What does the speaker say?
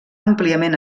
àmpliament